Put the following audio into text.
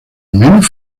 menos